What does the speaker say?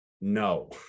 No